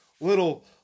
little